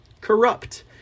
Corrupt